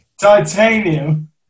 Titanium